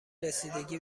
رسیدگی